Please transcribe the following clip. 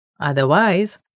Otherwise